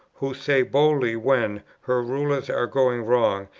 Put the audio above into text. who say boldly when her rulers are going wrong,